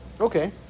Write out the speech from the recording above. Okay